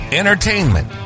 entertainment